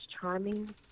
charming